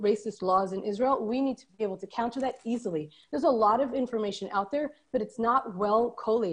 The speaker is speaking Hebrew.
נוצרים ומאוד קשה להיאבק בכל האנטישמים שצצים ונלחמים נגד